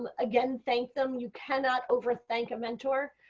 ah again, thank them. you cannot overthink a mentor.